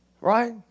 Right